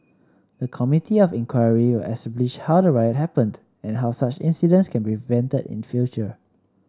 the Committee of Inquiry will establish how the riot happened and how such incidents can be prevented in future